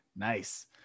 nice